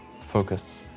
focus